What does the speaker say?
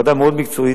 ועדה מאוד מקצועית,